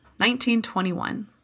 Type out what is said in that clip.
1921